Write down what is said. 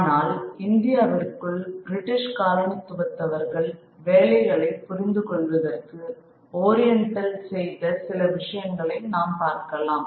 ஆனால் இந்தியாவிற்குள் பிரிட்டிஷ் காலனித்துவத்தவர்கள் வேலைகளை புரிந்துகொள்வதற்கு ஓரியண்டல் செய்த சில விஷயங்களை நாம் பார்க்கலாம்